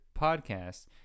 podcast